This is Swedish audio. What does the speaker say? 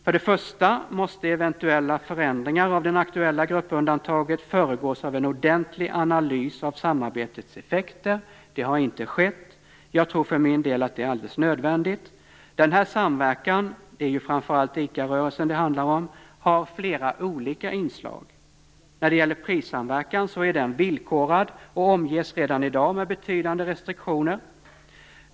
För det första måste eventuella förändringar av det aktuella gruppundantaget föregås av en ordentlig analys av samarbetets effekter. Det har inte skett. Jag tror för min del att det är alldeles nödvändigt. Den här samverkan - det är ju framför allt ICA-rörelsen det handlar om - har flera olika inslag. När det gäller prissamverkan är den villkorad och omges redan i dag av betydande restriktioner.